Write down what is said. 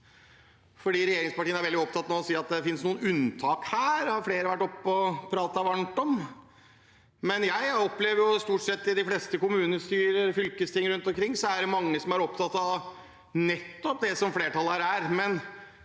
regjeringspartiene nå er veldig opptatt av å si at det finnes noen unntak her. Det har flere vært oppe og pratet varmt om. Jeg opplever at i stort sett de fleste kommunestyrer og fylkesting rundt omkring er mange opptatt av nettopp det som flertallet her